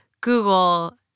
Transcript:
Google